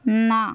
না